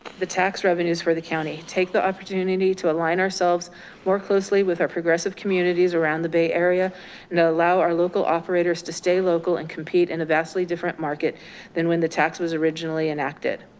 the tax revenues for the county, take the opportunity to align ourselves more closely with our progressive communities around the bay area and allow our local operators to stay local and compete in a vastly different market than when the tax was originally enacted.